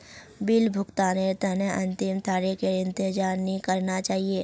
bill भुगतानेर तने अंतिम तारीखेर इंतजार नइ करना चाहिए